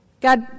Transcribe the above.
God